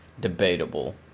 debatable